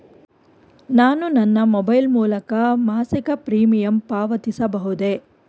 ನಾನು ನನ್ನ ಮೊಬೈಲ್ ಮೂಲಕ ಮಾಸಿಕ ಪ್ರೀಮಿಯಂ ಪಾವತಿಸಬಹುದೇ?